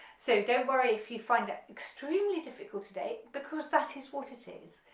so don't worry if you find it extremely difficult today because that is what it is.